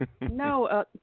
No